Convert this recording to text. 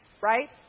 right